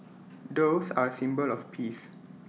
doves are A symbol of peace